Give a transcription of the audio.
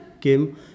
came